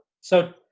So-